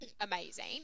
Amazing